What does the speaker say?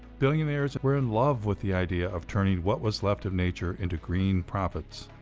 billionaires were in love with the idea of turning what was left of nature into green profits.